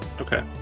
okay